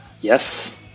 Yes